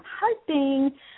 hoping